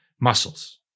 muscles